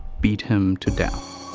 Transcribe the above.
beat him to death.